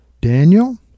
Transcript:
Daniel